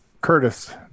Curtis